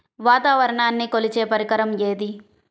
వాతావరణాన్ని కొలిచే పరికరం ఏది?